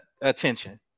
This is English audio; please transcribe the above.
attention